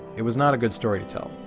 it was not a good story to tell.